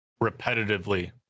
repetitively